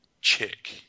chick